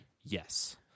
Yes